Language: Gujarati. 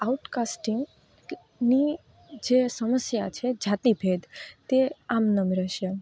આઉટ કાસ્ટિંગની જે સમસ્યા છે જાતિભેદ તે આમ ને આમ રહેશે